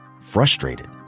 frustrated